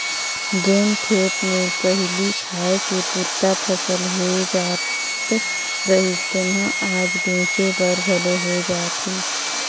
जेन खेत मे पहिली खाए के पुरता फसल होए जात रहिस तेम्हा आज बेंचे बर घलो होए जात हे